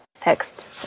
text